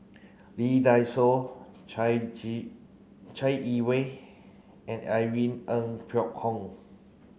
Lee Dai Soh Chai Gi Chai Yee Wei and Irene Ng Phek Hoong